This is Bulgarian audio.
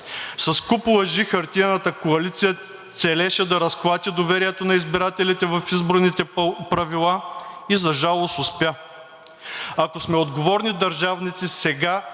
С куп лъжи хартиената коалиция целеше да разклати доверието на избирателите в изборните правила и за жалост успя. Ако сме отговорни държавници, сега